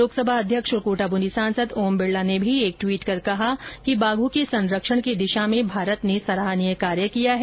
लोकसभा अध्यक्ष और कोटा बूंदी सांसद ओम बिरला ने भी एक ट्वीट कर कहा कि बाघों के संरक्षण की दिशा में भारत ने सराहनीय कार्य किया है